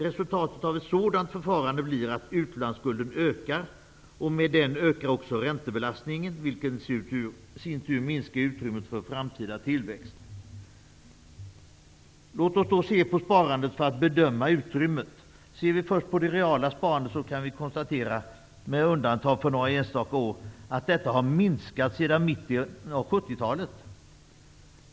Resultatet av ett sådant förfarande blir att utlandsskulden ökar och med den ökar också räntebelastningen, vilket i sin tur minskar utrymmet för framtida tillväxt. Låt oss då se på sparandet för att bedöma utrymmet. När det först gäller det ''reala sparandet'' kan vi konstatera att detta, med undantag för några enstaka år, har minskat sedan mitten av 70-talet.